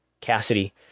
Cassidy